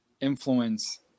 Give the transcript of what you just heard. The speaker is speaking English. influence